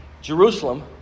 Jerusalem